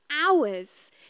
hours